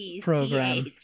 program